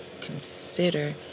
Consider